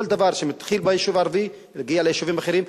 כל דבר שמתחיל ביישוב הערבי מגיע ליישובים אחרים,